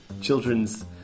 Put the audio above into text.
children's